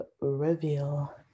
reveal